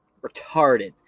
Retarded